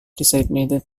designated